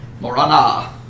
Morana